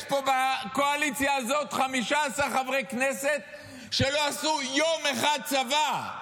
יש פה בקואליציה הזאת 15 חברי כנסת שלא עשו יום אחד צבא.